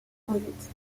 conduite